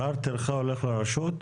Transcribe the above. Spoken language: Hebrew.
שכר הטרחה הולך לרשות?